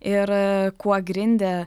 ir kuo grindė